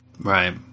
Right